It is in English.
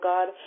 God